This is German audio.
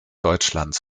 deutschlands